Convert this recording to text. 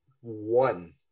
one